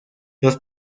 los